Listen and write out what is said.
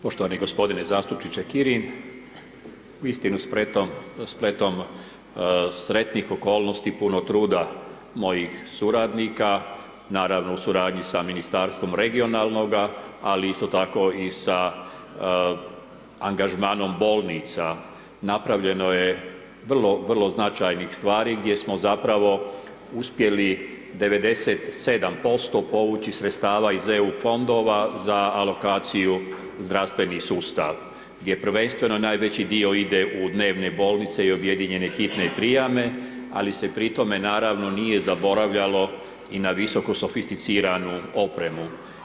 Poštovani gospodine zastupniče Kirin, uistinu spletom sretnih okolnosti i puno truda mojih suradnika naravno u suradnji sa Ministarstvom regionalnoga, ali isto tako i sa angažmanom bolnica napravljeno je vrlo značajnih stvari gdje smo zapravo uspjeli 97% povući sredstava iz EU fondova za alokaciju zdravstveni sustav, gdje je prvenstveno najveći dio ide u dnevne bolnice i objedinjene hitne prijame, ali se pri tome naravno nije zaboravljalo i na visoko sofisticiranu opremu.